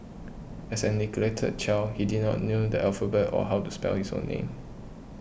as a neglected child he did not know the alphabet or how to spell his own name